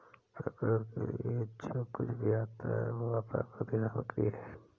प्रकृति के लिए जो कुछ भी आता है वह प्राकृतिक सामग्री है